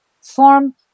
form